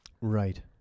Right